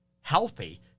healthy